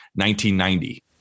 1990